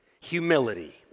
humility